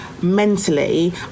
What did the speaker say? mentally